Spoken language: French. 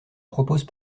propose